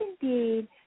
indeed